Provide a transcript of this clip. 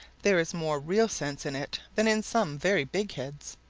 there is more real sense in it than in some very big heads.